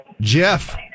Jeff